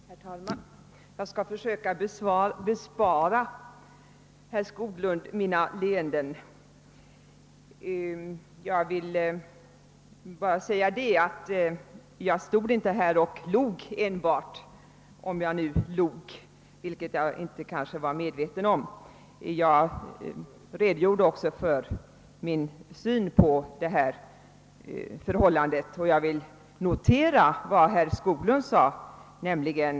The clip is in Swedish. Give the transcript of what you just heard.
Herr talman! Jag skall försöka bespara herr Skoglund mina leenden. Jag vill säga att jag inte enbart stod i talarstolen och log — om jag nu log, vilket jag kanske inte var medveten om — utan jag redogjorde också för min syn på det förhållande det här gäller. Jag vill notera vad herr Skoglund anförde.